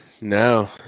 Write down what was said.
No